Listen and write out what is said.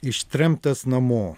ištremtas namo